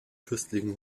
fürstlichen